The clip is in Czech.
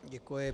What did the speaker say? Děkuji.